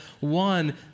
one